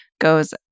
goes